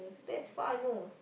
that's far you know